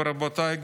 ורבותיי,